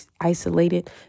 isolated